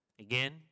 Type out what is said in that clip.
Again